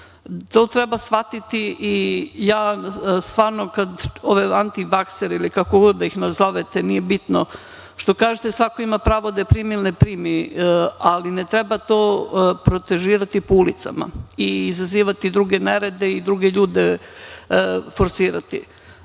To treba shvatiti, i ja stvarno, ove antivaksere, ili kako god da ih zovete, nije bitno, što kažete, svako ima pravo da primi ili ne primi, ali ne treba to protežirati po ulicama i izazivati druge nerede i druge ljude forsirati.